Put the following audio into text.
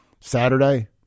Saturday